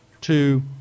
Two